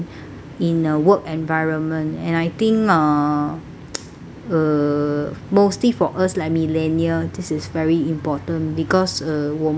in a work environment and I think uh uh mostly for us like millennial this is very important because uh 我们